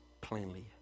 plainly